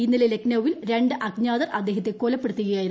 ഇന്നലെ ലക്നൌവിൽ രണ്ട് അജ്ഞാതർ അദ്ദേഹത്തെ കൊലപ്പെടുത്തുകയായിരുന്നു